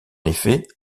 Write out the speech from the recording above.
effet